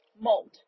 mold